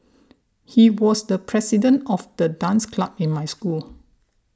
he was the president of the dance club in my school